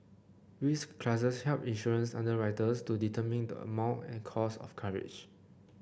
risk classes help insurance underwriters to determine the amount and cost of coverage